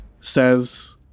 says